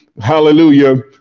hallelujah